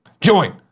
Join